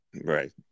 Right